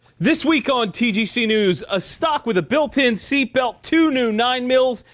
this week on tgc news, a stock with a built in seatbelt, two new nine mils,